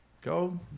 go